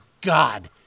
God